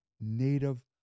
Native